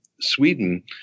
Sweden